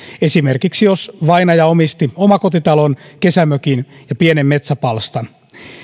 esimerkiksi jos vainaja omisti omakotitalon kesämökin ja pienen metsäpalstan